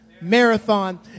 Marathon